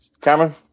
Cameron